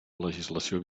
legislació